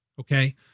Okay